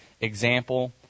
example